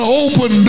open